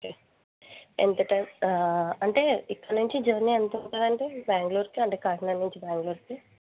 ఎంత టైమ్ అంటే ఇక్కడ నుంచి జర్నీ ఎంత ఉంటుంది అండి బెంగళూరుకి కాకినాడ నుంచి బెంగళూరుకి